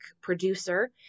producer